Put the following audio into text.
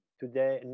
today